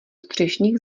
střešních